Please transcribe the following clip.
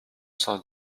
cent